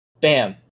Bam